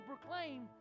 proclaim